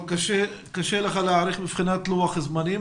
קשה לך להעריך מבחינת לוח זמנים,